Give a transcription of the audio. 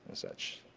such.